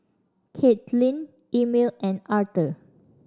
Caitlyn Emil and Arther